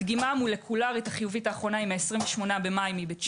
הדגימה המולקולרית החיובית האחרונה היא מ-28 במאי מבית שמש,